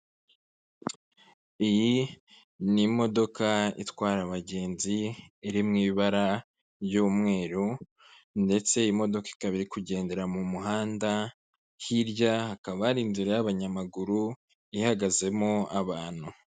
Iyi ni imodoka itwara abagenzi iri mu ibara ry'umweru ndetse imodoka ikaba iri kugendera mu muhanda, hirya hakaba hari inzira y'abanyamaguru ihagazemo abantu.